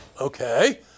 Okay